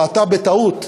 ואתה בטעות,